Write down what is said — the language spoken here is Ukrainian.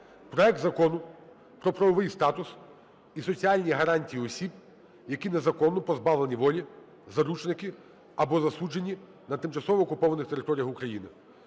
проект Закону про правовий статус і соціальні гарантії осіб, які незаконно позбавлені волі, заручники, або засуджені на тимчасово окупованих територіях України.